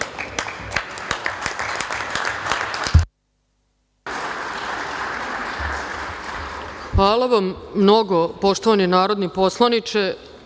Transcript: Hvala vam mnogo, poštovani narodni poslaniče. Nadam